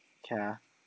okay lah